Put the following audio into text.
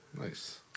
Nice